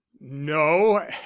no